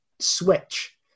switch